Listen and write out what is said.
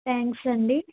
thanks అండి